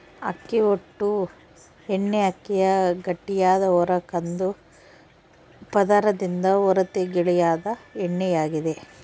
ಅಕ್ಕಿ ಹೊಟ್ಟು ಎಣ್ಣೆಅಕ್ಕಿಯ ಗಟ್ಟಿಯಾದ ಹೊರ ಕಂದು ಪದರದಿಂದ ಹೊರತೆಗೆಯಲಾದ ಎಣ್ಣೆಯಾಗಿದೆ